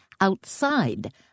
outside